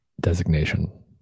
designation